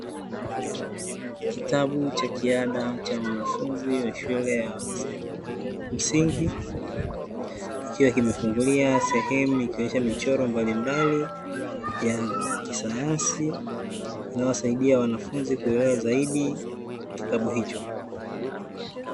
Kitabu cha kiada cha wanafunzi wa shule ya msingi, kikiwa kimefunguliwa sehemu ikionyesha michoro mbalimbali ya kisayansi, inayowasaidia wanafunzi kuelewa zaidi kitabu hicho.